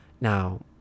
Now